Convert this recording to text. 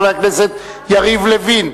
חבר הכנסת יריב לוין,